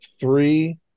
three